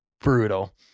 brutal